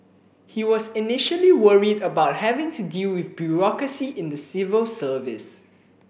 he was initially worried about having to deal with bureaucracy in the civil service